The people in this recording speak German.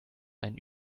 einen